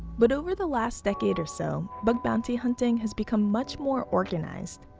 but over the last decade or so, bug bounty hunting has become much more organized,